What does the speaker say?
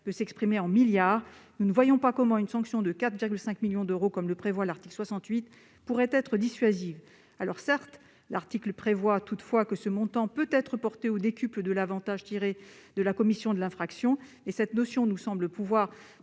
peut s'exprimer en milliards, nous ne voyons pas comment une sanction de 4,5 millions d'euros, comme le prévoit l'article 68, pourrait être dissuasive. Certes, l'article prévoit aussi que ce montant peut être porté au décuple de l'avantage tiré de la commission de l'infraction, mais cette notion nous semble pouvoir